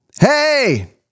hey